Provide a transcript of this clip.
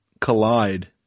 collide